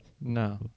No